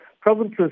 provinces